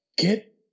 Get